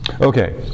Okay